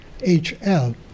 HL